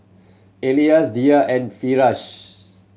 Elyas Dhia and Firash